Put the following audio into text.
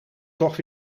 toch